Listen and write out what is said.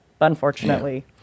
unfortunately